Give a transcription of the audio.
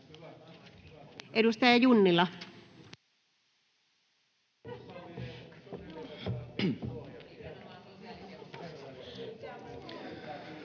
Edustaja Junnila.